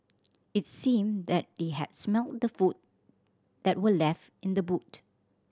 its seemed that they had smelt the food that were left in the boot